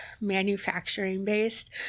manufacturing-based